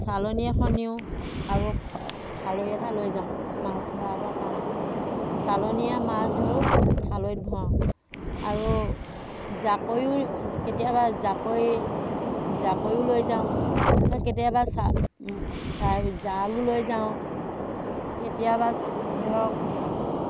চালনী এখন নিওঁ আৰু খালৈ এটা লৈ যাওঁ মাছ ভৰাবৰ কাৰণে চালনীৰে মাছ ধৰোঁ খালৈত ভৰাওঁ আৰু জাকৈও কেতিয়াবা জাকৈ জাকৈও লৈ যাওঁ কেতিয়াবা চা চা জালো লৈ যাওঁ কেতিয়াবা ধৰক